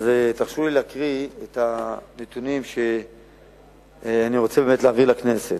תרשו לי להקריא את הנתונים שאני רוצה להביא לכנסת.